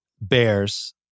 Bears